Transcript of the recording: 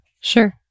Sure